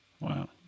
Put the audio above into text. Wow